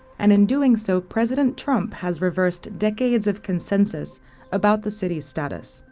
and in doing so, president trump has reversed decades of consensus about the city's status.